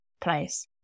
place